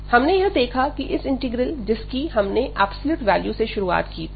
हमने यह देखा की इस इंटीग्रल जिसकी हमने एब्सोल्यूट वैल्यू से शुरुआत की थी